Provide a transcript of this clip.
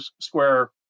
square